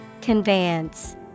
Conveyance